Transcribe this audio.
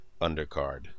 undercard